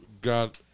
got